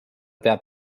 peab